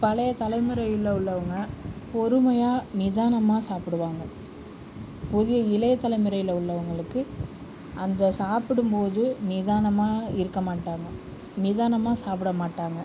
பழைய தலைமுறையில் உள்ளவங்கள் பொறுமையாக நிதானமாக சாப்புடுவாங்க புதிய இளைய தலைமுறையில் உள்ளவங்களுக்கு அந்த சாப்புடும்போது நிதானமாக இருக்க மாட்டாங்க நிதானமாக சாப்பிட மாட்டாங்கள்